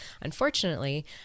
unfortunately